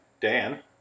Dan